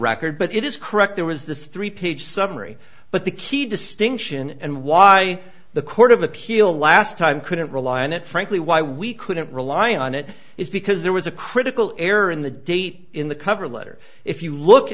record but it is correct there was this three page summary but the key distinction and why the court of appeal last time couldn't rely on it frankly why we couldn't rely on it is because there was a critical error in the date in the cover letter if you look